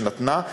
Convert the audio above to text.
שנתנה,